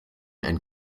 and